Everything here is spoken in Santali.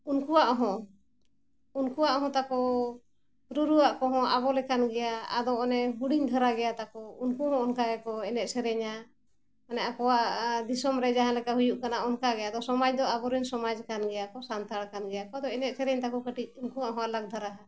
ᱩᱱᱠᱩᱣᱟᱜ ᱦᱚᱸ ᱩᱱᱠᱩᱣᱟᱜ ᱦᱚᱸ ᱛᱟᱠᱚ ᱨᱩᱨᱩᱣᱟᱜ ᱠᱚᱦᱚᱸ ᱟᱵᱚ ᱞᱮᱠᱟᱱ ᱜᱮᱭᱟ ᱟᱫᱚ ᱚᱱᱮ ᱦᱩᱰᱤᱧ ᱫᱷᱚᱨᱟ ᱜᱮᱭᱟ ᱛᱟᱠᱚ ᱩᱱᱠᱩ ᱦᱚᱸ ᱚᱱᱠᱟ ᱜᱮᱠᱚ ᱮᱱᱮᱡ ᱥᱮᱨᱮᱧᱟ ᱢᱟᱱᱮ ᱟᱠᱚᱣᱟᱜ ᱫᱤᱥᱚᱢ ᱨᱮ ᱡᱟᱦᱟᱸ ᱞᱮᱠᱟ ᱦᱩᱭᱩᱜ ᱠᱟᱱᱟ ᱚᱱᱠᱟ ᱜᱮ ᱟᱫᱚ ᱥᱚᱢᱟᱡᱽ ᱫᱚ ᱟᱵᱚᱨᱮᱱ ᱥᱚᱢᱟᱡᱽ ᱠᱟᱱ ᱜᱮᱭᱟ ᱠᱚ ᱥᱟᱱᱛᱟᱲ ᱠᱟᱱ ᱜᱮᱭᱟ ᱟᱫᱚ ᱮᱱᱮᱡ ᱥᱮᱨᱮᱧ ᱛᱟᱠᱚ ᱠᱟᱹᱴᱤᱡ ᱩᱱᱠᱩᱭᱟᱜ ᱦᱚᱸ ᱟᱞᱟᱠ ᱫᱷᱟᱨᱟ ᱦᱟ